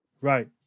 right